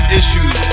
issues